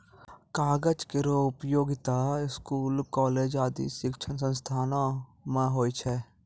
कागज केरो उपयोगिता स्कूल, कॉलेज आदि शिक्षण संस्थानों म होय छै